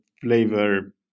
flavor